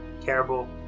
Terrible